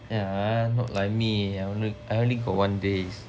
yeah not like me I only got one days